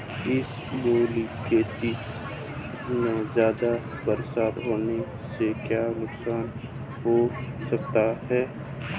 इसबगोल की खेती में ज़्यादा बरसात होने से क्या नुकसान हो सकता है?